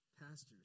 pastors